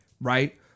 right